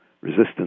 resistance